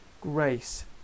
grace